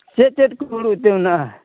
ᱪᱮᱫ ᱪᱮᱫ ᱠᱚ ᱦᱩᱲᱩ ᱤᱛᱟᱹ ᱢᱮᱱᱟᱜᱼᱟ